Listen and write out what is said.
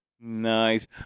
Nice